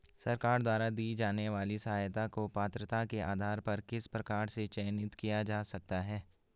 सरकार द्वारा दी जाने वाली सहायता को पात्रता के आधार पर किस प्रकार से चयनित किया जा सकता है?